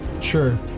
Sure